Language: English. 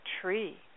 tree